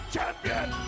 Champion